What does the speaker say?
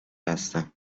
هستم